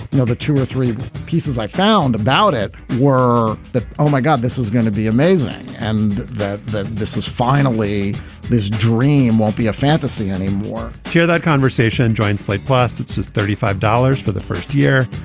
know, the two or three pieces i found about it were that, oh, my god, this is gonna be amazing. and that this was finally this dream won't be a fantasy anymore hear that conversation. join slate. plus, it's just thirty five dollars for the first year.